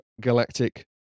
galactic